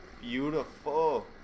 Beautiful